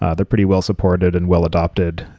ah they're pretty well supported and well adopted.